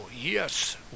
yes